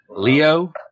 Leo